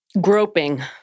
Groping